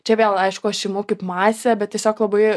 čia vėl aišku aš imu kaip masę bet tiesiog labai